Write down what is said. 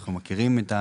אנו מכירים את זה.